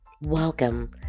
Welcome